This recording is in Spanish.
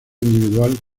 individual